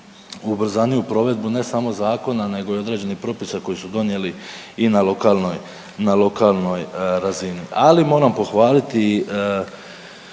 ubrzaniju provedbu, ne samo zakona nego i određenih propisa koje su donijela na lokalnoj razini. Ali, moram pohvaliti